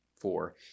four